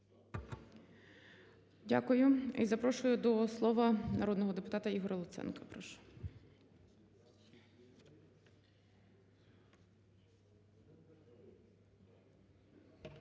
Дякую. І запрошую до слова народного депутата Ігоря Луценко, прошу.